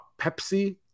Pepsi